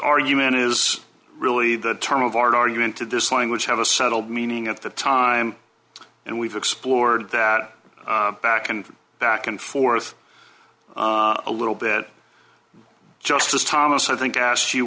argument is really the term of art argument to this language have a settled meaning at the time and we've explored that back and back and forth a little bit justice thomas i think asked you